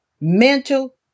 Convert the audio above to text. mental